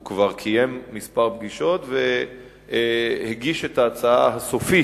הוא כבר קיים כמה פגישות והגיש את ההצעה הסופית